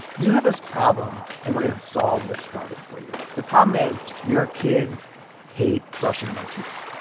you have this problem, and we're going to solve this problem for you. the problem is your kids hate brushing their teeth.